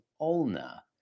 ulna